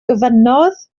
gofynnodd